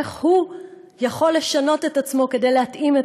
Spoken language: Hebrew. איך הוא יכול לשנות את עצמו כדי להתאים את